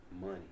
Money